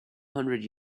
hundred